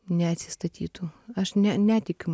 neatsistatytų aš ne netikiu